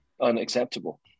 unacceptable